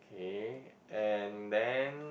okay and then